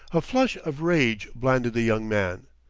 a flush of rage blinded the young man.